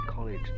College